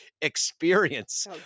Experience